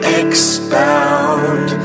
expound